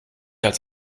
als